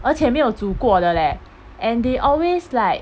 而且没有煮过的 leh and they always like